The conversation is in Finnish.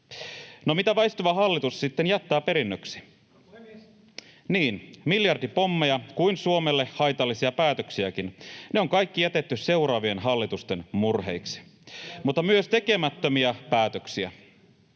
pyytää vastauspuheenvuoroa] Niin miljardipommeja kuin Suomelle haitallisia päätöksiäkin — ne on kaikki jätetty seuraavien hallitusten murheiksi — mutta myös tekemättömiä päätöksiä.